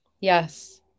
Yes